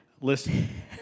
Listen